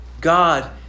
God